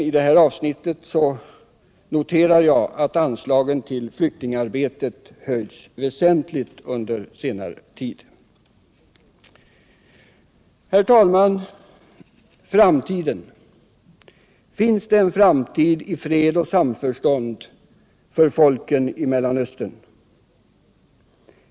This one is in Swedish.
I detta avsnitt noterar jag att anslaget till flyktingarbetet höjts väsentligt under senare tid. Framtiden — finns det en framtid i fred och samförstånd för folken i Mellanöstern?